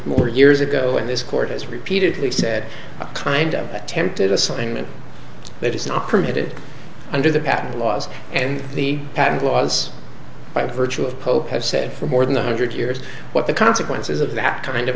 more years ago when this court has repeatedly said a kind of attempted assignment that is not permitted under the patent laws and the patent laws by virtue of pope have said for more than one hundred years what the consequences of that kind of